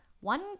one